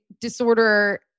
disorder